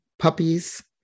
puppies